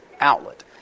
outlet